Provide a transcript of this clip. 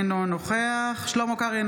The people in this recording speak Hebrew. אינו נוכח שלמה קרעי,